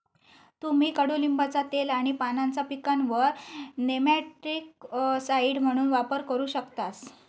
तुम्ही कडुलिंबाचा तेल आणि पानांचा पिकांवर नेमॅटिकसाइड म्हणून वापर करू शकतास